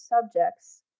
subjects